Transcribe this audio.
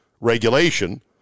regulation